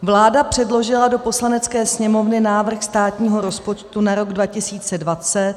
Vláda předložila do Poslanecké sněmovny návrh státního rozpočtu na rok 2020.